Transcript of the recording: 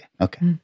okay